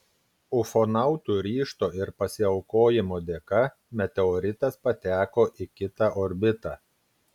ufonautų ryžto ir pasiaukojimo dėka meteoritas pateko į kitą orbitą